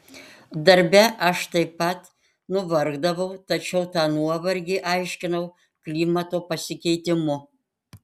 darbe aš taip pat nuvargdavau tačiau tą nuovargį aiškinau klimato pasikeitimu